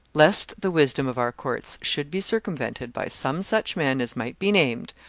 lest the wisdom of our courts should be circumvented by some such men as might be named,